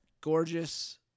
gorgeous